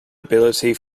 ability